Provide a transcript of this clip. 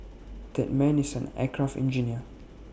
that man is an aircraft engineer